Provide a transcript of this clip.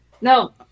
No